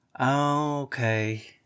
Okay